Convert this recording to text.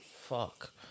Fuck